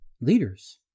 leaders